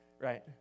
right